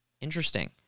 Interesting